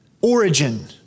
origin